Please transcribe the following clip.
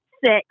Six